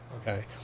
Okay